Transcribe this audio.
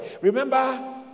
Remember